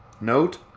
Note